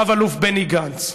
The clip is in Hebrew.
רב-אלוף בני גנץ.